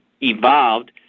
evolved